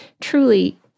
truly